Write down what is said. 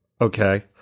Okay